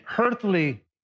earthly